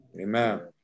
Amen